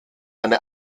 eine